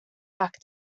back